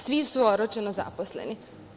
Svi su oročeno zaposleni.